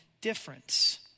difference